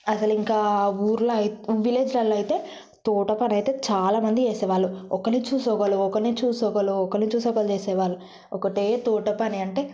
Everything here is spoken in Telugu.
అసలు ఇంకా ఊర్లో అయి విలేజ్లలో అయితే తోట పని అయితే చాలామంది చేసేవాళ్ళు ఒకరిని చూసి ఒకరు ఒకరిని చూసి ఒకరు ఒకరిని చూసి ఒకరు చేసేవాళ్ళు ఒకటే తోట పని అంటే